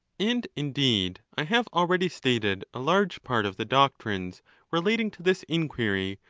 and indeed, i have already stated a large part of the doctrines relating to this inquiry,